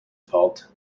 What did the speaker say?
fault